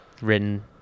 written